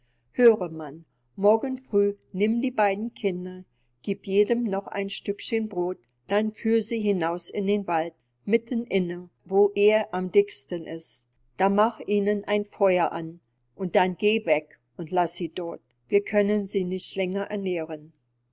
höre mann morgen früh nimm die beiden kinder gieb jedem noch ein stückchen brod dann führ sie hinaus in den wald mitten inne wo er am dicksten ist da mach ihnen ein feuer an und dann geh weg und laß sie dort wir können sie nicht länger ernähren